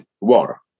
war